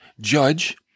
judge